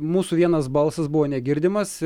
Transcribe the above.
mūsų vienas balsas buvo negirdimas